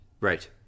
Right